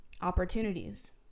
opportunities